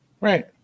Right